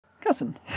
Cousin